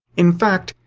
in fact,